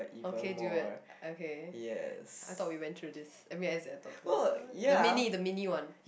okay dude okay I thought we went through this I mean as in I thought there the mini the mini one